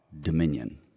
dominion